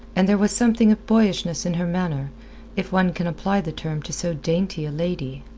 and there was something of boyishness in her manner if one can apply the term to so dainty a lady.